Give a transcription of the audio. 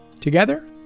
Together